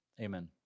amen